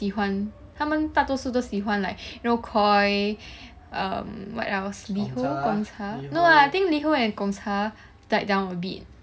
很喜欢他们大多数都喜欢 like you know koi um what else Liho Gongcha no I think Liho and Gongcha died down a bit